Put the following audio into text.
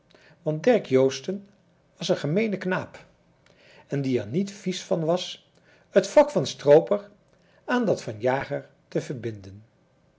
want derk joosten was een gemeene knaap en die er niet vies van was het vak van strooper aan dat van jager te verbinden